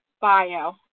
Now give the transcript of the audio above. bio